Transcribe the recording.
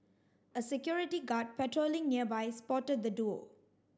a security guard patrolling nearby spotted the duo